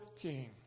King